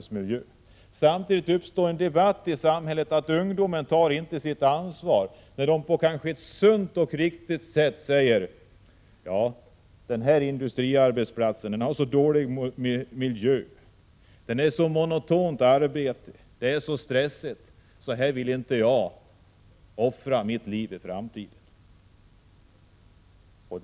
Samtidigt sägs det i debatten att ungdomarna inte tar sitt ansvar när de sunt och riktigt säger ifrån att denna industriarbetsplats har så dålig miljö med så monotont eller stressigt arbete att de inte vill offra sin framtid där.